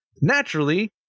naturally